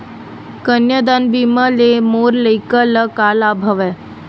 कन्यादान बीमा ले मोर लइका ल का लाभ हवय?